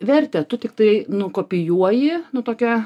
vertę tu tiktai nukopijuoji nu tokia